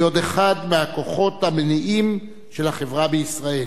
אחד מהכוחות המניעים של החברה בישראל.